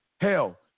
Hell